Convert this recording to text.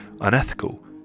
unethical